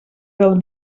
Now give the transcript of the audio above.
del